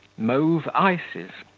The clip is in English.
mauve ices,